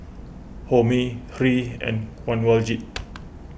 Homi Hri and Kanwaljit